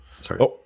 Sorry